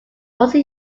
also